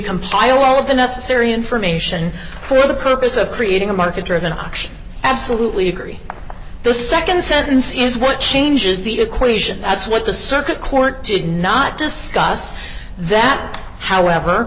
compile all of the necessary information for the purpose of creating a market driven auction absolutely agree the nd sentence is what changes the equation that's what the circuit court did not discuss that however